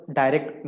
direct